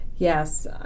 Yes